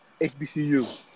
HBCU